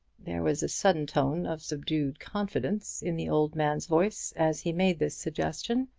there was a sudden tone of subdued confidence in the old man's voice as he made this suggestion,